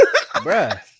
bruh